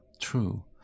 True